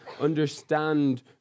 understand